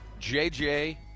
JJ